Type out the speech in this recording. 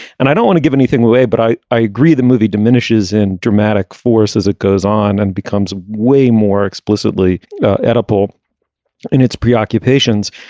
and i don't want to give anything away but i i agree the movie diminishes in dramatic force as it goes on and becomes way more explicitly edible in its preoccupations.